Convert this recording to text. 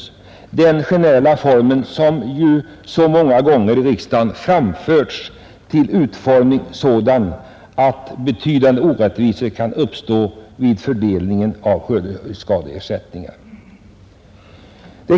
Det är denna generella form som så många gånger i riksdagen ansetts kunna ge upphov till betydande orättvisor vid fördelningen av skördeskadeersättningar.